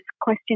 question